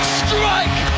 strike